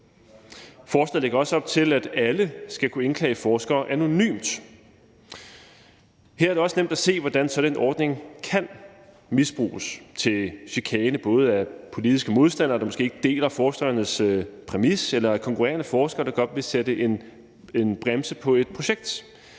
Forslaget lægger også op til, at alle skal kunne indklage forskere anonymt. Her er det også nemt at se, hvordan sådan en ordning kan misbruges til chikane, både af politiske modstandere, der måske ikke deler forskerens præmis, eller konkurrerende forskere, der godt vil sætte en bremse på et projekt.